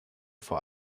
vor